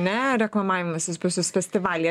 ne reklamavimasis pas jus festivalyje